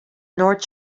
north